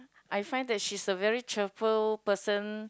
I find that she is a very cheerful person